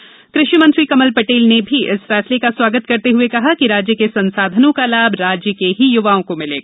राज्य के कृषि मंत्री कमल पटेल ने भी इस फैसले का स्वागत करते हुए कहा कि राज्य के संसाधनों का लाभ राज्य के ही युवाओं को मिलेगा